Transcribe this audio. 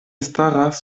staras